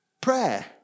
prayer